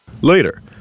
Later